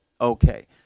Okay